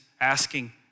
asking